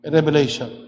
Revelation